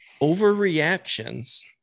overreactions